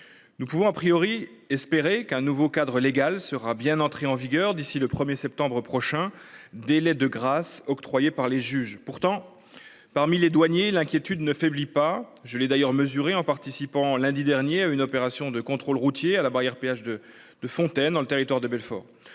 Nous pouvons a priori espérer qu'un nouveau cadre légal sera bien entrée en vigueur d'ici le 1er septembre prochain. Délai de grâce octroyée par les juges pourtant parmi les douaniers l'inquiétude ne faiblit pas. Je l'ai d'ailleurs mesuré en participant lundi dernier à une opération de contrôle routier à la barrière de péage de de Fontaine dans le Territoire de Belfort